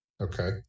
okay